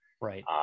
right